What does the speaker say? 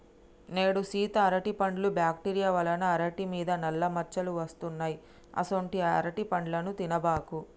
నేడు సీత అరటిపండ్లు బ్యాక్టీరియా వల్ల అరిటి మీద నల్ల మచ్చలు వస్తున్నాయి అసొంటీ అరటిపండ్లు తినబాకు